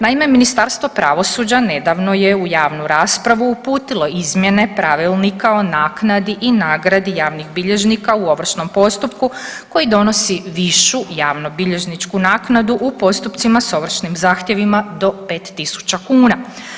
Naime, Ministarstvo pravosuđa nedavno je u javnu raspravu uputilo izmjene pravilnika o naknadi i nagradi javnih bilježnika u ovršnom postupku koji donosi višu javnobilježničku naknadu u postupcima s ovršnim zahtjevima do 5.000 kuna.